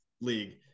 league